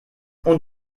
und